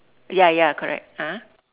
ya ya correct ah